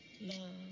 love